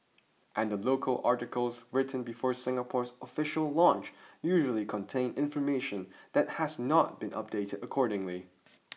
and the local articles written before Singapore's official launch usually contain information that has not been updated accordingly